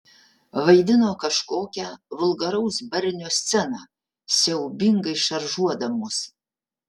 vaidino kažkokią vulgaraus barnio sceną siaubingai šaržuodamos